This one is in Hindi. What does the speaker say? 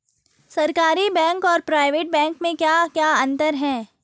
सरकारी बैंक और प्राइवेट बैंक में क्या क्या अंतर हैं?